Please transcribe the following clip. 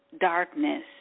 Darkness